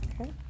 Okay